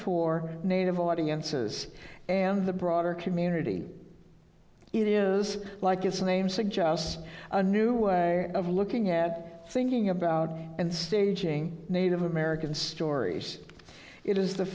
for native audiences and the broader community it is like its name suggests a new way of looking at thinking about and staging native american stories it is the